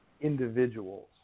individuals